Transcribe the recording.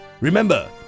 Remember